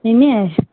हीअं